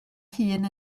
hun